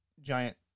giant